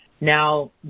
now